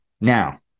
Now